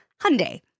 Hyundai